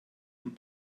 und